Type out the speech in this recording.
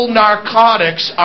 narcotics